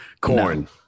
Corn